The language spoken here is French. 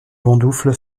bondoufle